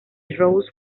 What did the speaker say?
rose